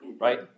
right